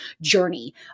journey